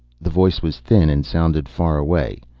the voice was thin and sounded far away.